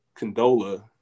Condola